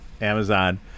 Amazon